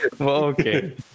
Okay